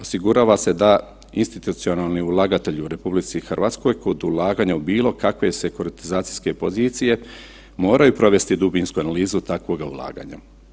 Osigurava se da institucionalni ulagatelj u RH kod ulaganja u bilo kakve sekuratizacijske pozicije moraju provesti dubinsku analizu takvog ulaganja.